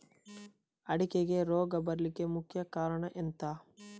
ಅಡಿಕೆಗೆ ರೋಗ ಬರ್ಲಿಕ್ಕೆ ಮುಖ್ಯ ಕಾರಣ ಎಂಥ?